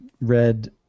read